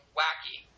wacky